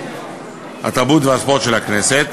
התרבות והספורט של הכנסת,